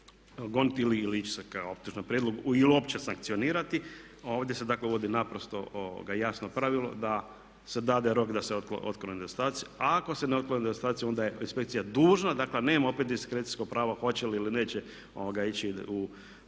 goniti ili ići ka optužnom prijedlogu ili uopće sankcionirati, ovdje se dakle uvodi naprosto jasno pravilo da se dade rok da se otklone nedostaci, a ako se ne otklone nedostaci onda je inspekcija dužna, dakle nema opet diskrecijsko pravo hoće li ili neće ići u